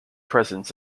presence